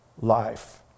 life